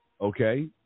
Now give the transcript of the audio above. Okay